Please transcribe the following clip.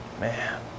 Man